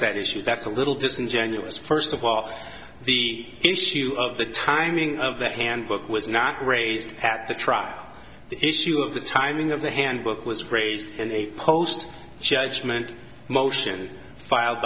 that issue that's a little disingenuous first of all the issue of the timing of that handbook was not raised at the trial the issue of the timing of the handbook was grazed in a post judgment motion filed